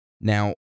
Now